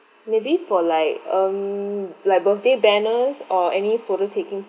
maybe for like um like birthday banners or any photo taking